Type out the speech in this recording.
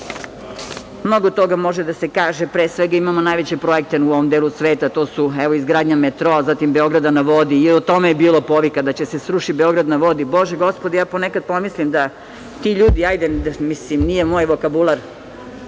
toga može da se kaže. Pre svega, imamo najveće projekte u ovom delu sveta. To su, evo, izgradnja metroa, zatim „Beograda na vodi“, i o tome je bilo povika, da će da se sruši „Beograd na vodi“. Bože Gospode, ja po nekad pomislim da ti ljudi, hajde, mislim, nije moj vokabular